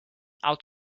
out